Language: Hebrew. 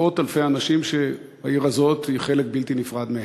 מאות-אלפי אנשים שהעיר הזאת היא חלק בלתי נפרד מהם.